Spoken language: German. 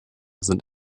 sind